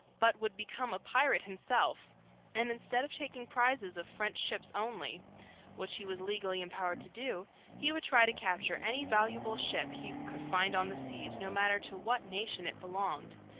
but would become a pirate himself and, instead of taking prizes of french ships only which he was legally empowered to do he would try to capture any valuable ship he could find on the seas, no matter to what nation it belonged.